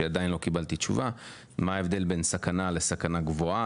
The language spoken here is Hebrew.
שעדיין לא קיבלתי תשובה: מה ההבדל בין סכנה לסכנה גבוהה.